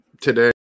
today